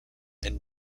and